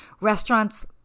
restaurants